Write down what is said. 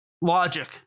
logic